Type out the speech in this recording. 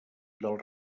del